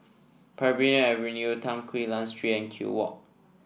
Parbury Avenue Tan Quee Lan Street and Kew Walk